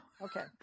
Okay